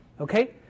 okay